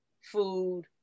food